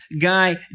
guy